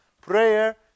Prayer